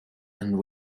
and